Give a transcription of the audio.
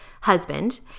husband